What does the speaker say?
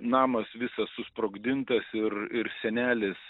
namas visas susprogdintas ir ir senelis